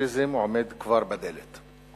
שהפאשיזם כבר עומד בדלת.